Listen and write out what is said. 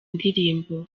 indirimbo